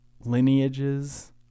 lineages